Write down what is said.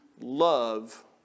love